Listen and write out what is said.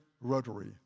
Rotary